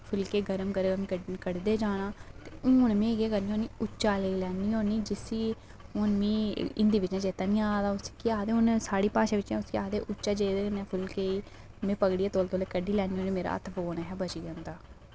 फुलके गर्म गर्म करदे जाना ते हून में करनी उच्चा लेई लैनी होनी जिसी हून मिगी हिंदी बिच चेता निं आवा दा हून साढ़ी भाशा बिच उसी आखदे उच्चा जेह्दे कन्नै फुलके ई फकोने कोला तौले तौले कड्ढी लैन्नी होन्नी ते मेरा हत्थ फकोई जंदा